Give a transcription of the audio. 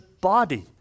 body